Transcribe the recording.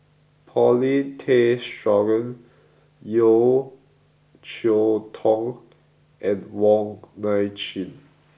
Paulin Tay Straughan Yeo Cheow Tong and Wong Nai Chin